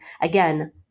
again